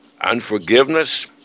unforgiveness